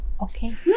Okay